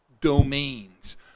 domains